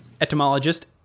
etymologist